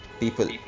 People